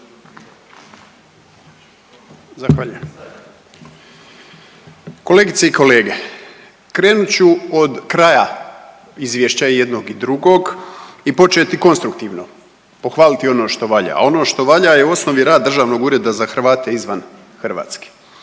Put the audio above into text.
Zahvaljujem. Kolegice i kolege, krenut ću od kraja izvješća i jednog i drugog i početi konstruktivno, pohvaliti ono što valja, a ono što valja je u osnovi rad Državnog ureda za Hrvate izvan Hrvatske,